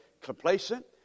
complacent